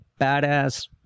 badass